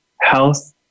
health